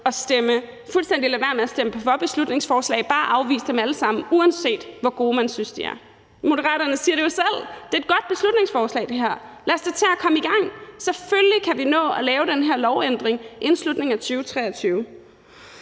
så kan de fuldstændig lade være med at stemme for beslutningsforslag og bare afvise dem alle sammen, uanset hvor gode de synes de er. Moderaterne siger jo selv, at det her er et godt beslutningsforslag. Lad os da tage at komme i gang. Selvfølgelig kan vi nå at lave den her lovændring inden slutningen af 2023.